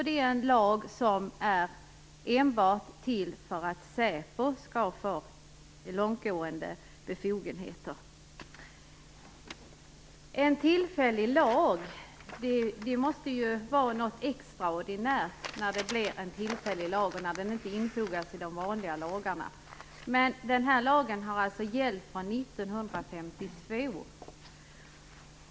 Det är en lag som är till enbart för att säpo skall få långtgående befogenheter. Det måste ju vara något extra ordinärt när man stiftar en tillfällig lag och den inte infogas i de vanliga lagarna, men denna lag har alltså gällt från 1952.